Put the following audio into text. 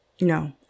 No